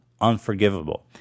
unforgivable